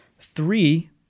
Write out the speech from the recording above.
three